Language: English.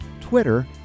Twitter